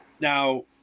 Now